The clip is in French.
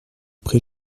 pré